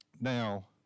Now